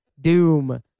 Doom